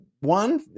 one